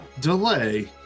delay